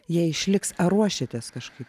jei išliks ar ruošiatės kažkaip